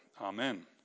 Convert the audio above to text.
Amen